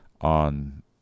on